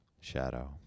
Shadow